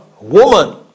woman